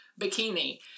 bikini